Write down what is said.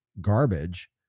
garbage